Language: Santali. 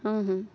ᱦᱮᱸ ᱦᱮᱸ